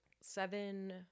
seven